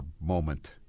moment